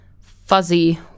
fuzzy